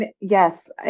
yes